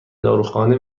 داروخانه